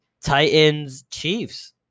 Titans-Chiefs